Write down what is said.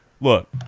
look